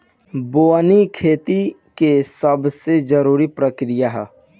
बोअनी खेती के सबसे जरूरी प्रक्रिया हअ